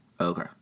okay